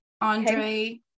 Andre